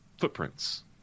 footprints